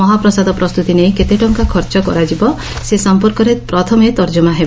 ମହାପ୍ରସାଦ ପ୍ରସ୍ଠୁତି ନେଇ କେତେ ଟଙ୍କା ଖର୍ଚ କରାଯିବ ସେ ସଂପର୍କରେ ପ୍ରଥମେ ତର୍ଜମା ହେବ